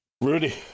Rudy